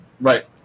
Right